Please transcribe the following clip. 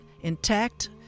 intact